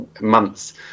months